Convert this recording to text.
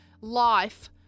life